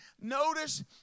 notice